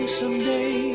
someday